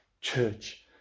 church